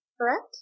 Correct